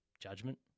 judgment